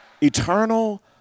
eternal